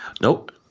Nope